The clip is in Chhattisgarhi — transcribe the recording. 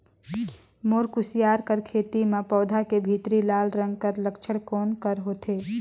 मोर कुसियार कर खेती म पौधा के भीतरी लाल रंग कर लक्षण कौन कर होथे?